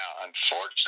unfortunately